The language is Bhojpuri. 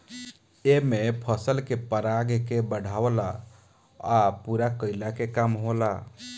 एमे फसल के पराग के बढ़ावला आ पूरा कईला के काम होला